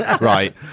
Right